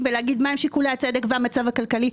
ולהגיד מהם שיקולי הצדק והמצב הכלכלי,